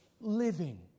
living